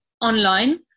online